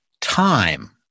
time